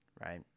Right